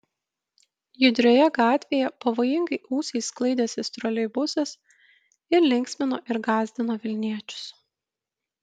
judrioje gatvėje pavojingai ūsais sklaidęsis troleibusas ir linksmino ir gąsdino vilniečius